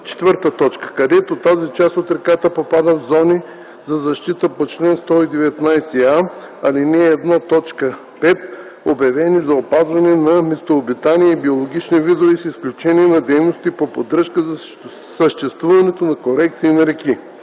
чл. 156а; 4. където тази част от реката попада в зони за защита по чл. 119а, ал. 1, т. 5, обявени за опазване на местообитания и биологични видове, с изключение на дейностите по поддръжка на съществуващите корекции на реки;